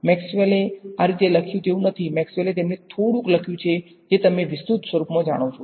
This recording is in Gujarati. મેક્સવેલે આ રીતે લખ્યું તેવું નથી મેક્સવેલે તેમને થોડુક લખ્યુ છે જે તમે વિસ્તૃત સ્વરૂપમા જાણો છો